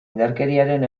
indarkeriaren